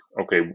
okay